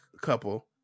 couple